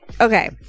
Okay